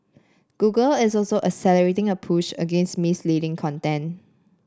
Google is also accelerating a push against misleading content